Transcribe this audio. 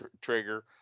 trigger